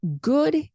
good